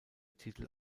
titel